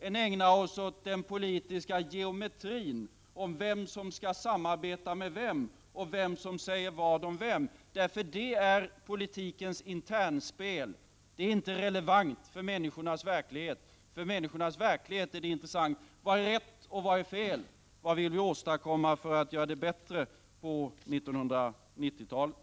— än att ägna oss åt den politiska geometrin gällande vem som skall samarbeta med vem och vem, som säger vad om vem. Detta är nämligen politikens interna spel; det är inte relevant för människornas verklighet. Det som är intressant för människornas verklighet är vad som är rätt och vad som är fel, vad vi vill åstadkomma för att göra det bättre på 1990-talet.